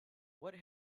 what